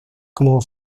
como